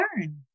learn